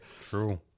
True